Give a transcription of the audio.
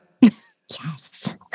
Yes